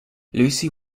lucy